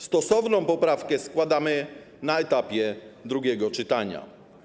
Stosowną poprawkę składamy na etapie drugiego czytania.